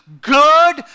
Good